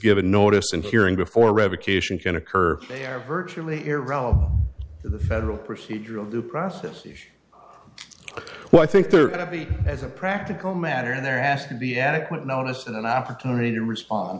given notice and hearing before revocation can occur they're virtually irrelevant the federal procedural due process well i think there are going to be as a practical matter there has to be adequate notice and an opportunity to respond